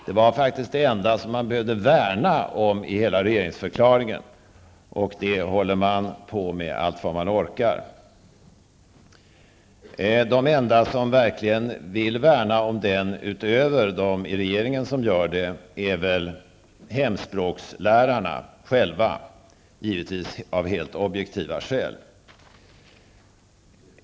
Det var faktiskt det enda som man i hela regeringsförklaringen ansåg att man behövde värna om, och nu håller man på att värna allt vad man orkar. De enda som verkligen vill värna om hemspråksundervisningen, utöver de regeringsledamöter som gör det, är väl hemspråkslärarna själva -- givetvis av helt objektiva skäl.